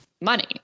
money